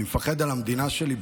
אני מפחד על המדינה שלי.